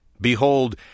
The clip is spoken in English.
Behold